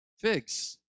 Figs